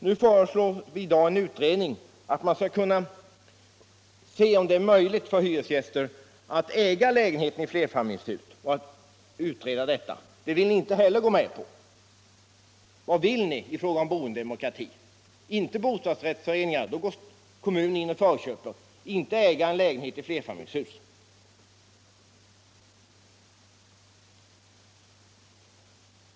Vi föreslår att man skall utreda möjligheterna att äga lägenhet i flerfamiljshus. Det vill ni inte heller gå med på. Vad vill ni i fråga om boendedemokrati? Inte bostadsrättsföreningar, då går kommunen in och förköper, inte äga en lägenhet i flerfamiljshus!